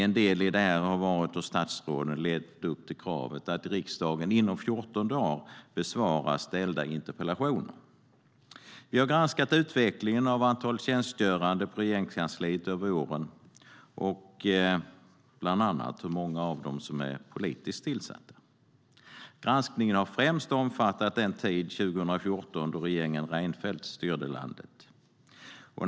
En del i det har varit hur statsråden levt upp till kravet att i riksdagen inom 14 dagar besvara ställda interpellationer. Vi har granskat utvecklingen av antalet tjänstgörande i Regeringskansliet över åren, bland annat hur många av dem som är politiskt tillsatta. Granskningen har främst omfattat den tid 2014, då regeringen Reinfeldt styrde landet.